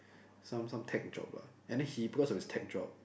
some some tech job lah and then he because of his tech job